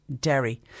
Derry